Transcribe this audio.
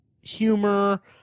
humor